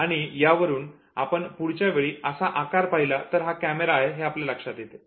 आणि यावरून आपण पुढच्या वेळी असा आकार पाहिला असता हा कॅमेरा आहे हे आपल्या लक्षात येते